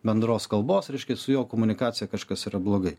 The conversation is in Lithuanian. bendros kalbos reiškia su jo komunikaciją kažkas yra blogai